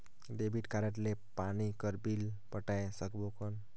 Debit card ले पानी कर बिल पटाय सकबो कौन?